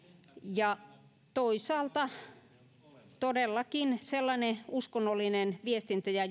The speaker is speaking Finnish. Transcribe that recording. ja toisaalta todellakin sellainen uskonnollinen viestintä ja